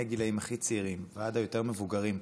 מהגילים הכי צעירים ועד היותר מבוגרים,